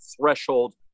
threshold